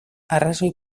arrazoi